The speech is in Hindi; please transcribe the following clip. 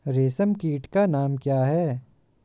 रेशम कीट का नाम क्या है?